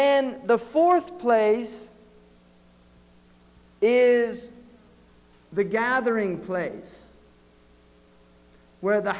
then the fourth place is the gathering place where the